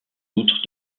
outre